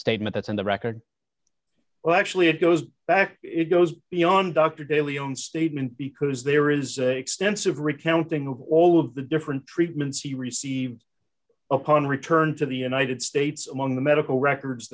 statement that's in the record well actually it goes back it goes beyond dr daley own statement because there is extensive recounting of all of the different treatments he received upon return to the united states among the medical records